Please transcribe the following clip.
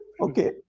Okay